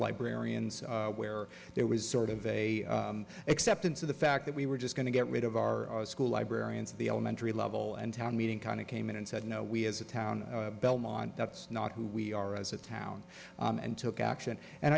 librarians where there was sort of a acceptance of the fact that we were just going to get rid of our school librarians the elementary level and town meeting kind of came in and said no we as a town belmont that's not who we are as a town and took action and